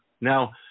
Now